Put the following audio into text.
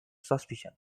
suspicion